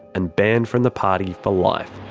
and banned from the party for life.